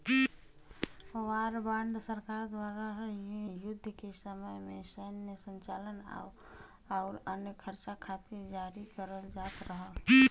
war bond सरकार द्वारा युद्ध के समय में सैन्य संचालन आउर अन्य खर्चा खातिर जारी करल जात रहल